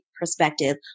perspective